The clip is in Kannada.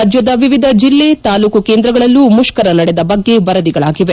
ರಾಜ್ಯದ ವಿವಿಧ ಜೆಲ್ಲೆ ತಾಲೂಕು ಕೇಂದ್ರಗಳಲ್ಲೂ ಮುಷ್ಕರ ನಡೆದ ಬಗ್ಗೆ ವರದಿಗಳಾಗಿವೆ